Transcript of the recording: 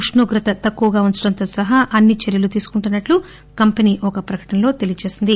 ఉష్ణోగ్రత తక్కువగా ఉంచడంతో సహా అన్పి చర్యలు తీసుకుంటున్నట్టు కంపెనీ ఒక ప్రకటనలో తెలియచేసింది